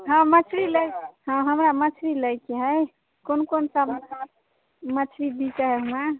हँ मछली लै हमरा मछली लैके हय कोन कोन सब मछली बिके हय हुआँ